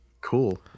cool